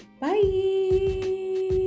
Bye